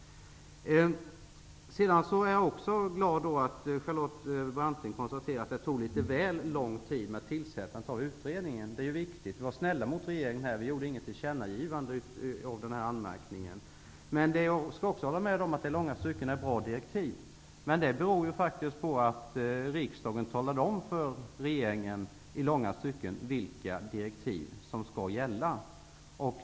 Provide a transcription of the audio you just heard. Vidare är jag glad över att Charlotte Branting konstaterar att det tog litet väl lång tid att tillsätta utredningen. Det är riktigt. Vi var snälla mot regeringen. Vi gjorde inte något tillkännagivande av den anmärkningen. Men jag håller med om att i långa stycken är det bra direktiv. Men det beror på att riksdagen i stor utsträckning har talat om för regeringen vilka direktiv som skall gälla.